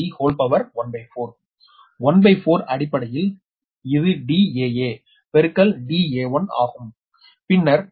1 pi 4 அடிப்படையில் இது daa பெருக்கல் da1 ஆகும் பின்னர் daa1 பெருக்கல் d 1